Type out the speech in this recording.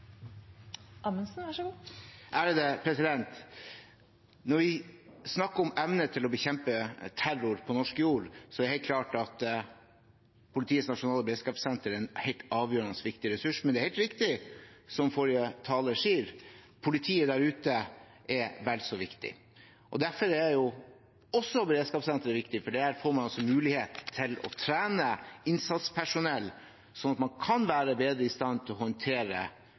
klart at Politiets nasjonale beredskapssenter er en helt avgjørende viktig ressurs, men det er helt riktig som forrige taler sier: Politiet der ute er vel så viktig. Derfor er også beredskapssenteret viktig, for der får man muligheten til å trene innsatspersonell, sånn at man kan være bedre i stand til å håndtere